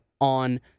on